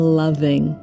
loving